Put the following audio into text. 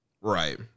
Right